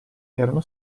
erano